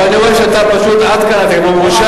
אבל אני רואה שפשוט עד כאן אתה כבר מאושר.